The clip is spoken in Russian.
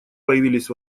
появились